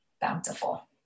bountiful